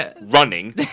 running